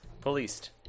policed